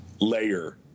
layer